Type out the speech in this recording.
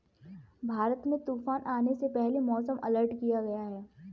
भारत में तूफान आने से पहले मौसम अलर्ट किया गया है